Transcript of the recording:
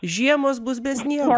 žiemos bus be sniego